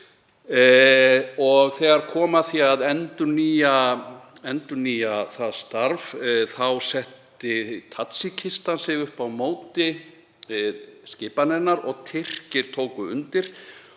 Þegar kom að því að endurnýja það starf setti Tadjekistan sig upp á móti skipan hennar og Tyrkir tóku undir